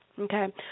Okay